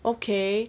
okay